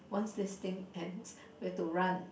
once this thing ends we have to run